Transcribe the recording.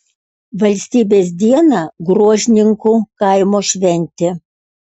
valstybės dieną gruožninkų kaimo šventė